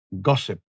gossip